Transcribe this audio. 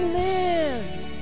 lives